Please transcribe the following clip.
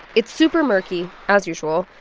it's super murky, as usual.